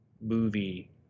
movie